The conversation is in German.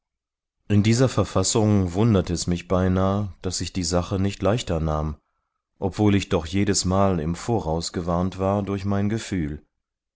in dieser verfassung wundert es mich beinah daß ich die sache nicht leichter nahm obwohl ich doch jedesmal im voraus gewarnt war durch mein gefühl